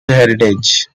heritage